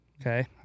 Okay